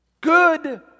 Good